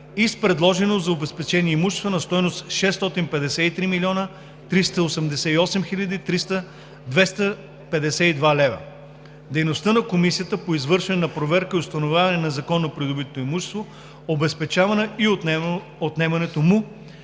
с предложено за обезпечение имущество на стойност 653 млн. 388 хил. 252 лв. Дейността на Комисията по извършване на проверка и установяване на незаконно придобито имущество, обезпечаване и отнемането му